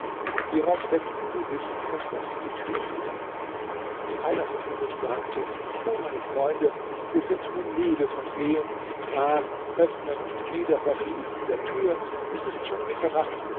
hierauf setzten sie sich und verschlossen die tür wieder einer von ihnen sagte o meine freunde wir sind nun müde von gehen tragen öffnen und wiederverschließen der tür es ist schon mitternacht